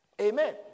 Amen